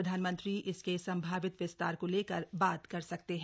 प्रधानमंत्री इसके संभावित विस्तार को लेकर बात कर सकते हैं